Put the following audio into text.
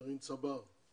גרעין "צבר",